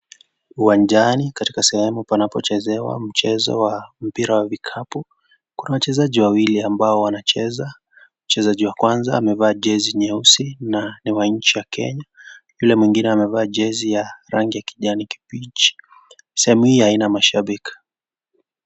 Uwanjani katika sehemu panapochezewa mchezo wa mpira wa vikapu, kuna wachezaji wawili ambao wanacheza, mchezaji wa kwanza amevaa jersey nyeusi na ni wa nchi ya Kenya yule mwingine amevaa jersey ya rangi ya kijani kibichi. Sehemu hii haina mashabiki.